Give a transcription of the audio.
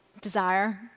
desire